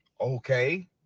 okay